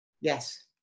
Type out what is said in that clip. Yes